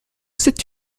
cette